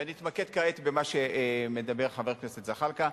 ונתמקד כעת במה שאומר חבר הכנסת זחאלקה.